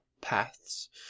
paths